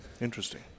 Interesting